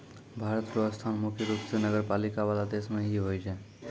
भारत र स्थान मुख्य रूप स नगरपालिका वाला देश मे ही होय छै